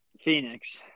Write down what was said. Phoenix